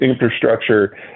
infrastructure